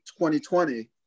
2020